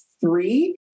three